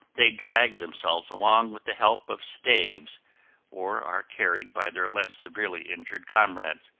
they drag themselves along with the help of staves or are carried by their less severely injured comrades.